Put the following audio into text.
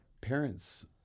parents